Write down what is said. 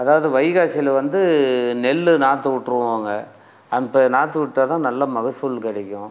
அதாவது வைகாசியில வந்து நெல் நாற்று விட்ருவோங்க அந்த நாற்று விட்டாதான் நல்ல மகசூல் கிடைக்கும்